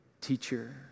Teacher